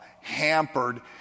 hampered